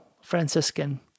Franciscan